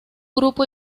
grupo